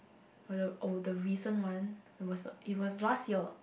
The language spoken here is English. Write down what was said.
were the oh the recent one it was it was last year